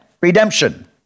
redemption